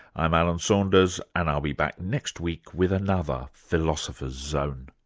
i'm alan saunders and i'll be back next week with another philosopher's zone